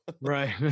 Right